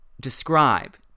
describe